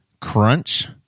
Crunch